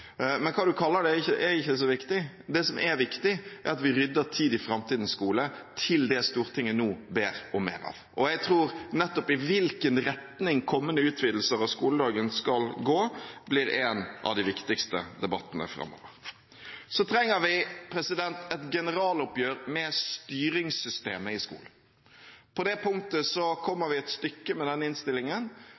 Men hva man kaller det, er ikke så viktig. Det som er viktig, er at vi rydder tid i framtidens skole til det Stortinget nå ber om mer av, og jeg tror nettopp i hvilken retning kommende utvidelser av skoledagen skal gå, blir en av de viktigste debattene framover. Så trenger vi et generaloppgjør med styringssystemet i skolen. På det punktet kommer vi et stykke med denne innstillingen,